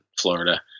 Florida